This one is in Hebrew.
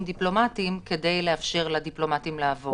דיפלומטיים כדי לאפשר לדיפלומטים לעבור.